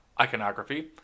iconography